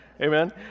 amen